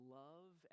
love